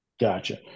gotcha